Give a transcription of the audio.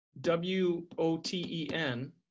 W-O-T-E-N